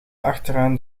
achteraan